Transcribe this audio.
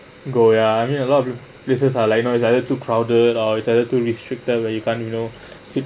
go ya I mean I lot of places are like you know is either too crowded or is either too restricted when you can't you know sim~